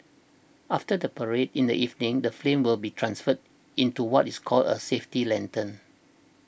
after the parade in the evening the flame will be transferred into what is called a safety lantern